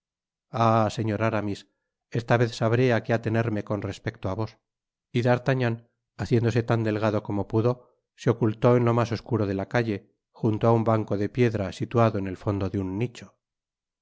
señor aramis esta vez sabré á qué atenerme con respecto á vos y d'artagnan haciéndose tan delgado como pudo se ocultó en lo más oscuro de la calle junto á un banco de piedra situado en el fondo de un nicho